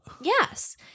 Yes